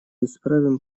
исправим